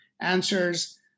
answers